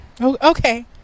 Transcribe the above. okay